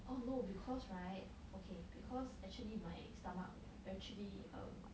oh no because right okay because actually my stomach actually um